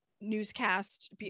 newscast